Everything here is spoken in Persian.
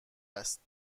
است